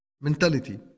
mentality